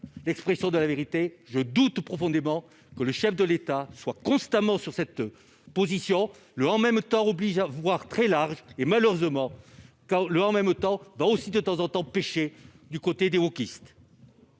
l'expression de la vérité, je doute profondément que le chef de l'État soient constamment sur cette position, le en même temps oblige à voir très large et malheureusement quand le en même temps bon aussi de temps en temps, pêcher du côté des gros kyste.